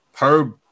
Herb